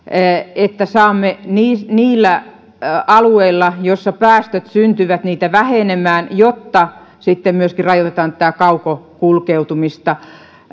että saamme niillä alueilla joilla päästöt syntyvät niitä vähenemään jotta sitten myöskin rajoitetaan kaukokulkeutumista